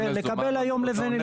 לקבל היום לבנים,